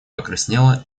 покраснела